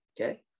Okay